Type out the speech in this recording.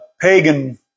pagan